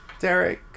Derek